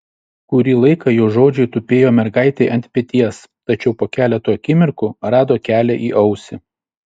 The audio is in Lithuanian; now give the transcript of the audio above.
kurį laiką jo žodžiai tupėjo mergaitei ant peties tačiau po keleto akimirkų rado kelią į ausį